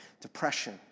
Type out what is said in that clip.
depression